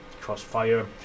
Crossfire